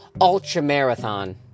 ultra-marathon